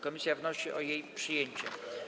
Komisja wnosi o jej przyjęcie.